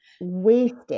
wasted